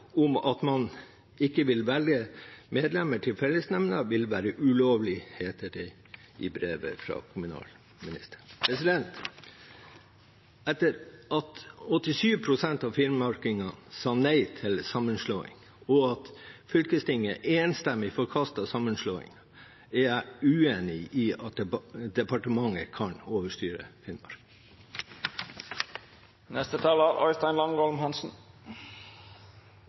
om at man ikke vil velge medlemmer til fellesnemnda, vil være ulovlig, heter det i brevet fra kommunalministeren. Etter at 87 pst. av finnmarkingene sa nei til sammenslåing og fylkestinget enstemmig forkastet sammenslåing, er jeg uenig i at departementet kan overstyre